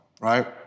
right